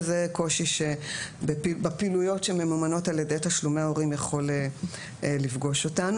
וזה קושי שבפעילויות שממומנות על ידי תשלומי הורים יכול לפגוש אותנו.